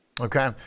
Okay